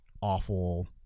awful